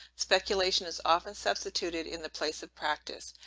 speculation is often substituted in the place of practice.